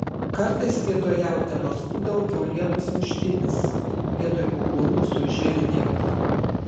kartais vietoj jautienos būdavo kiaulienos muštinis vietoj kukurūzų žirniai